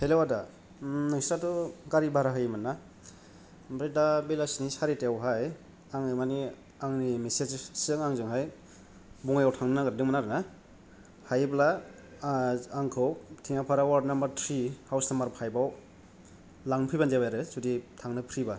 हेल' आदा आह नोंस्राथ' गारि भारा होयोमोन ना आमफ्राय दा बेलासिनि चारितायावहाय आङो माने आंनि मिसेसजों आंजोंहाय बङाइगाव थांनो नागिरदोंमोन आरो ना हायोब्ला आह आंखौ Thengapara ward number three house number फाइभाव लांनोफैबानो जाबाय आरो जदि थांनो फ्रि बा